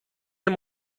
nie